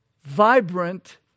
Vibrant